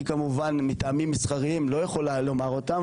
אני כמובן מטעמים מסחריים לא יכול לומר אותם,